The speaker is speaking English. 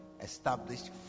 established